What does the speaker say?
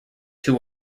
who